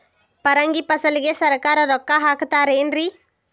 ಪರಂಗಿ ಫಸಲಿಗೆ ಸರಕಾರ ರೊಕ್ಕ ಹಾಕತಾರ ಏನ್ರಿ?